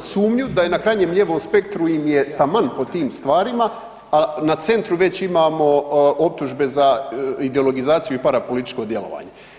sumnju da je na krajnjem lijevom spektru im je taman po tim stvarima, a na centru već imamo optužbe da ideologizaciju i za parapolitičko djelovanje?